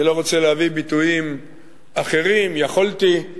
אני לא רוצה להביא ביטויים אחרים, יכולתי.